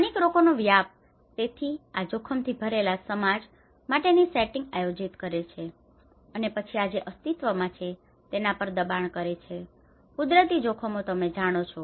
સ્થાનિક રોગોનો વ્યાપ તેથી આ જોખમથી ભરેલા સમાજ માટેની સેટિંગ આયોજિત કરે છે અને પછી આ જે અસ્તિત્વમાં છે તેના પર દબાણ કરે છે અને કુદરતી જોખમો તમે જાણો છો